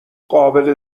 قابل